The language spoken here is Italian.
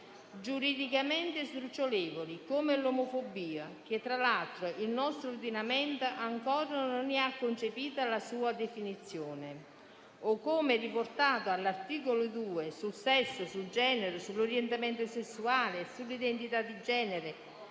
giuridicamente sdrucciolevoli come l'omofobia, la cui definizione, tra l'altro, il nostro ordinamento ancora non ha concepito o, come riportato all'articolo 2, sul sesso, sul genere, sull'orientamento sessuale, sull'identità di genere,